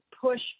push